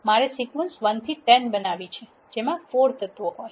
મારે સિક્વન્સ 1 થી 10 બનાવવી છે જેમાં 4 તત્વો હોય